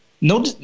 No